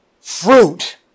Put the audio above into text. Fruit